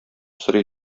сорый